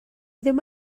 ddim